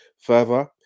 further